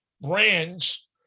brands